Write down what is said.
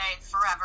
forever